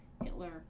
Hitler